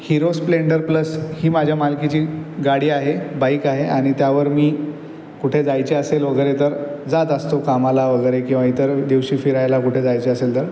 hero Splendor Plus ही माझ्या मालकीची गाडी आहे बाईक आहे आणि त्यावर मी कुठे जायचे असेल वगैरे तर जात असतो कामाला वगैरे किंवा इतर दिवशी फिरायला कुठे जायचे असेल तर